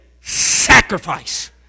sacrifice